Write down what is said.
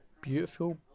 beautiful